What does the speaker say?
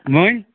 وۅنۍ